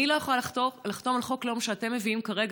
אני לא יכולה לחתום על חוק לאום שאתם מביאים כרגע.